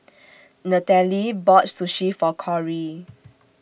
Natalee bought Sushi For Kori